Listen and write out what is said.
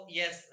yes